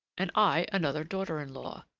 and i another daughter-in-law.